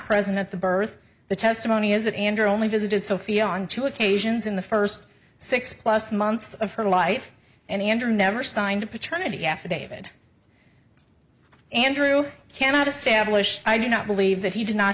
present at the birth the testimony is that andrew only visited sophie on two occasions in the first six plus months of her life and andrew never signed a paternity affidavit andrew cannot establish i do not believe that he did not